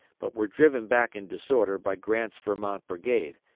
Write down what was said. but were driven back in disorder by grant's vermont brigade,